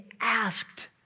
asked